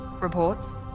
Reports